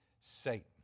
Satan